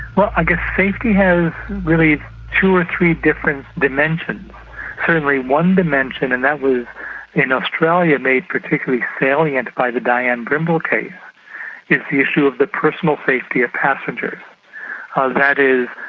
well, i guess safety has really two or three different dimensions certainly one dimension and that was in australia made particularly salient by the dianne brimble case is the issue of the personal safety of passengers ah that is,